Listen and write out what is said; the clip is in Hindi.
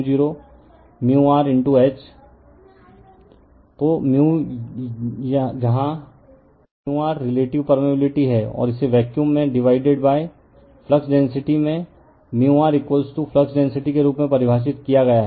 रिफर स्लाइड टाइम 0658 तो μ जहां μr रिलेटिव पर्मेअबिलिटी है और इसे वैक्यूम में डिवाइडेड फ्लक्स डेंसिटी में r फ्लक्स डेंसिटी के रूप में परिभाषित किया गया है